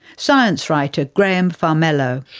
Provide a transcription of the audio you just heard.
science writer graham farmelo.